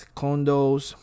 condos